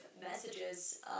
messages